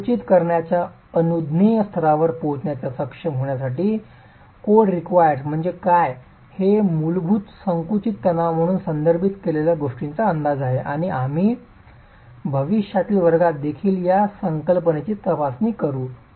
संकुचित करण्याच्या अनुज्ञेय स्तरावर पोहोचण्यास सक्षम होण्यासाठी कोडरेक्वायर्स म्हणजे काय हे मूलभूत संकुचित तणाव म्हणून संदर्भित केलेल्या गोष्टीचा अंदाज आहे आणि आम्ही भविष्यातील वर्गात देखील या संकल्पनेची तपासणी करू